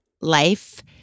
life